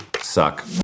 Suck